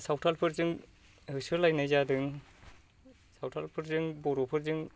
सावथालफोरजों होसोलायनाय जादों सावथालफोरजों बर'फोरजों